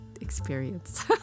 experience